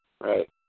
right